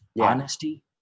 honesty